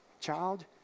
child